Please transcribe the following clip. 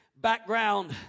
background